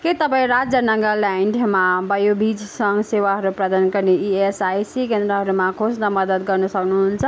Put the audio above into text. के तपाईँँ राज्य नागाल्यान्डमा बायोफिजिक्स सङ्घ सेवाहरू प्रदान गर्ने इएसआइसी केन्द्रहरूमा खोज्न मद्दत गर्न सक्नुहुन्छ